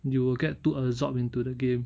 you will get too absorbed into the game